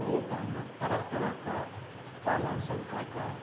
ओ अपन तरह तरहके पालनसब कऽ कऽ